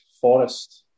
Forest